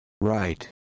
right